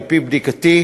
על-פי בדיקתי,